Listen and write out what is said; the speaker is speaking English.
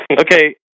Okay